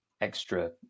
extra